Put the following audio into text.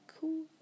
cool